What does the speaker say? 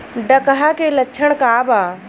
डकहा के लक्षण का वा?